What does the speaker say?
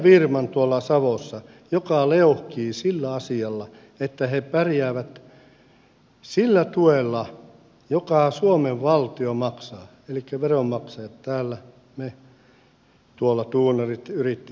tiedän firman savossa joka leuhkii sillä asialla että he pärjäävät sillä tuella jonka suomen valtio maksaa elikkä veronmaksajat täällä me tuolla duunarit yrittäjät ja muut